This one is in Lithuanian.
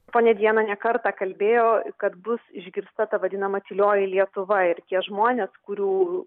ponia diana ne kartą kalbėjo kad bus išgirsta ta vadinama tylioji lietuva ir tie žmonės kurių